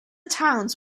towns